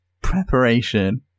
preparation